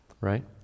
Right